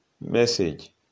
message